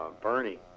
Bernie